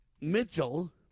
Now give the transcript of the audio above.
Mitchell